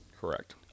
correct